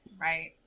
Right